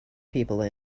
people